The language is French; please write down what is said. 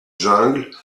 jungle